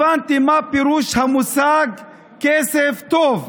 הבנתי מה פירוש המושג "כסף טוב".